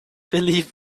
believe